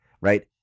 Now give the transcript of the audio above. right